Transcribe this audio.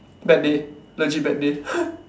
bad day legit bad day